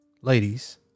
ladies